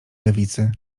lewicy